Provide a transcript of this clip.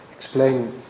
explain